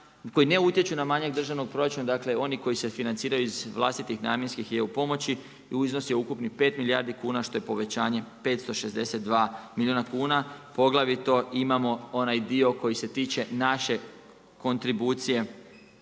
koji ne utječu na manjak državnog proračuna dakle oni koji se financiraju iz vlastitih namjenskih i eu pomoći iznos je ukupni 5 milijardi kuna što je povećanje 562 milijuna kuna poglavito imamo onaj dio koji se tiče naše kontribucije